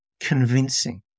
convincing